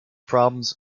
problems